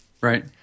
right